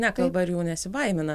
nekalba ir jų nesibaimina